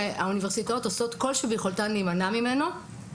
האוניברסיטאות עושות כל שביכולתן להימנע מתופעות נשירה.